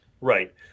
Right